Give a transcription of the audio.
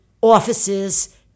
offices